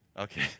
Okay